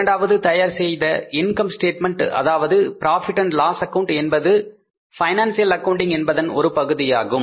இரண்டாவது தயார் செய்த இன்கம் ஸ்டேட்மெண்ட் அதாவது profit and loss account Profit Loss Account என்பது பைனான்சியல் அக்கவுண்டிங் என்பதன் ஒரு பகுதியாகும்